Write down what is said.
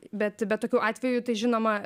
bet bet tokių atvejų tai žinoma